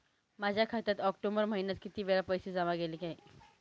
माझ्या खात्यात ऑक्टोबर महिन्यात किती वेळा पैसे जमा केले गेले?